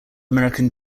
american